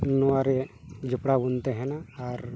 ᱱᱚᱣᱟ ᱨᱮ ᱡᱮᱯᱲᱟᱣ ᱵᱚᱱ ᱛᱟᱦᱮᱱᱟ ᱟᱨ